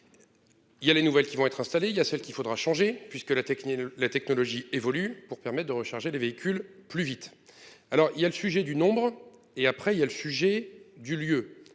Il y a les nouvelles qui vont être installées il y a celle qu'il faudra changer puisque la technique, la technologie évolue pour permet de recharger les véhicules plus vite. Alors il y a le sujet du nombre et après il y a le sujet du lieu